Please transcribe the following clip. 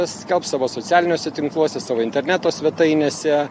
skelbs savo socialiniuose tinkluose savo interneto svetainėse